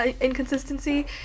inconsistency